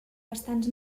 bastants